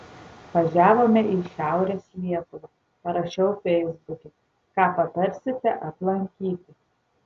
važiavome į šiaurės lietuvą parašiau feisbuke ką patarsite aplankyti